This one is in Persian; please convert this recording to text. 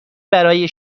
برای